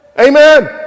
Amen